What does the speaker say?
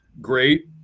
great